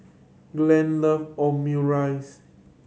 Glen love Omurice